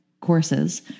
courses